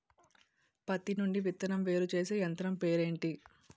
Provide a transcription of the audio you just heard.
పత్తి నుండి విత్తనం వేరుచేసే యంత్రం పేరు ఏంటి